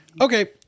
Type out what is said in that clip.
okay